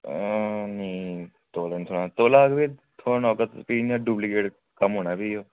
नेईं तौले निं थ्होना तौले थ्होना प्ही इं'या डुप्लीकेट होना प्ही